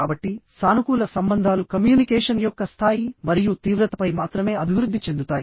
కాబట్టి సానుకూల సంబంధాలు కమ్యూనికేషన్ యొక్క స్థాయి మరియు తీవ్రతపై మాత్రమే అభివృద్ధి చెందుతాయి